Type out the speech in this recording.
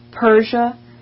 Persia